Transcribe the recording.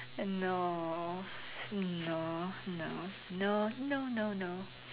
no no no no no no no